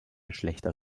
schlächter